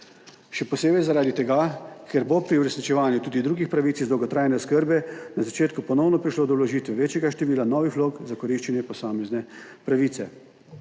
Še posebej zaradi tega, ker bo pri uresničevanju tudi drugih pravic iz dolgotrajne oskrbe na začetku ponovno prišlo do vložitve večjega števila novih vlog za koriščenje posamezne pravice.